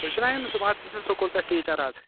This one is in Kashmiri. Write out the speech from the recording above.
تُہۍ چھِو نا أمِس سُبھاش چنٛدر سکوٗلہٕ پیٚٹھ ٹیٖچر حظ